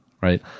Right